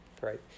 right